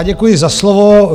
Děkuji za slovo.